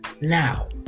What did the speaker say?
now